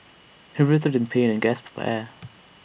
he writhed in pain and gasped for air